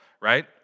right